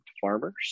farmers